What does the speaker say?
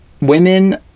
women